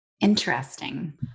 interesting